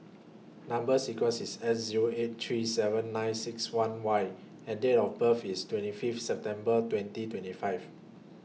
Number sequence IS S Zero eight three seven nine six one Y and Date of birth IS twenty Fifth September twenty twenty five